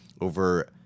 over